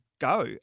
go